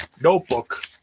notebook